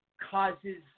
causes